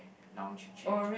lounge chair